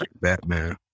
Batman